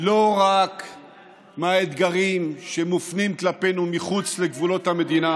לא רק מהאתגרים שמופנים כלפינו מחוץ לגבולות המדינה